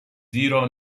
زیرا